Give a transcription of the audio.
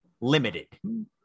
Limited